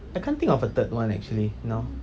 I can't think of a third one actually now